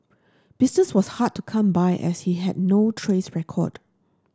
business was hard to come by as he had no trace record